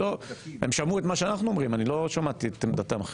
הם שמעו את מה שאנחנו אומרים; אני לא שמעתי אותם.